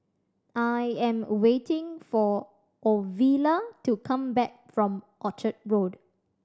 I am waiting for Ovila to come back from Orchard Road